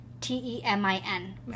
t-e-m-i-n